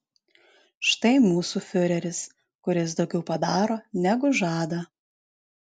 štai mūsų fiureris kuris daugiau padaro negu žada